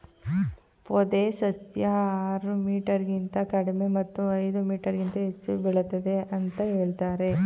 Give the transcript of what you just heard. ಪೊದೆ ಸಸ್ಯ ಆರು ಮೀಟರ್ಗಿಂತ ಕಡಿಮೆ ಮತ್ತು ಐದು ಮೀಟರ್ಗಿಂತ ಹೆಚ್ಚು ಬೆಳಿತದೆ ಅಂತ ಹೇಳ್ತರೆ